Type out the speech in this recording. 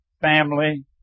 family